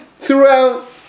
throughout